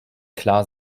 klar